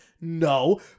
No